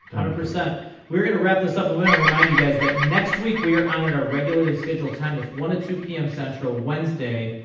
percent we're gonna wrap this up a little remind you guys that next week we are honored a regularly scheduled time this one at two pm central wednesday.